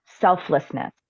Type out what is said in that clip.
selflessness